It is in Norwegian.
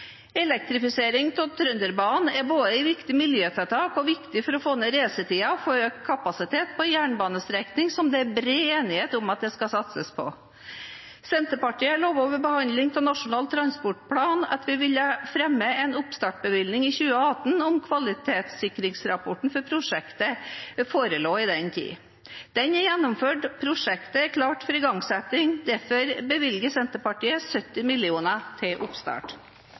Elektrifisering av Trønderbanen er både et viktig miljøtiltak og viktig for å få ned reisetiden og få økt kapasitet på en jernbanestrekning som det er bred enighet om at skal satses på. Senterpartiet lovte ved behandlingen av Nasjonal transportplan at vi ville fremme en oppstartbevilgning i 2018, om kvalitetssikringsrapporten for prosjektet forelå til den tid. Den er nå gjennomført, og prosjektet er klart for igangsetting. Derfor bevilger Senterpartiet 70 mill. kr til oppstart.